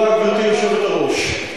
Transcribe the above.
גברתי היושבת-ראש,